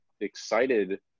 excited